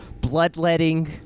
bloodletting